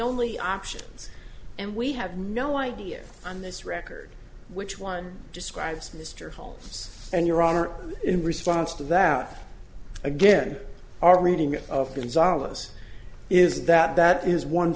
only options and we have no idea on this record which one describes mr holes and your honor in response to that again our reading of them solace is that that is one